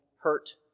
hurt